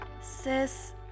Sis